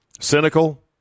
Cynical